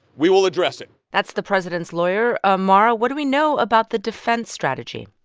we will address it that's the president's lawyer. ah mara, what do we know about the defense strategy?